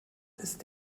ist